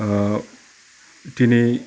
ओह दिनै